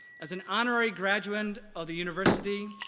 as an honourary graduand of the university,